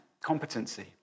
competency